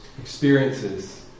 experiences